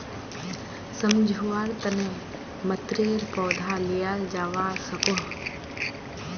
सम्झुआर तने मतरेर पौधा लियाल जावा सकोह